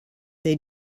they